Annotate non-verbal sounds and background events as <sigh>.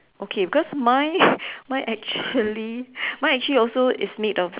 okay because mine <breath> mine actually mine actually also is made of